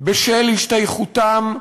בשל השתייכותם,